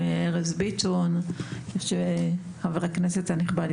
עם ארז ביטון; חבר הכנסת הנכבד,